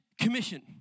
commission